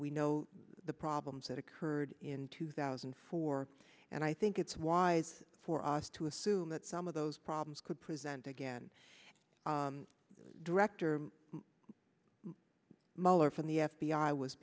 we know the problems that occurred in two thousand and four and i think it's wise for us to assume that some of those problems could present again director muller from the f b i was